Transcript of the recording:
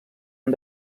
han